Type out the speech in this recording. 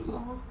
orh